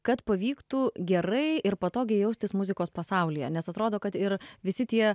kad pavyktų gerai ir patogiai jaustis muzikos pasaulyje nes atrodo kad ir visi tie